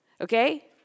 okay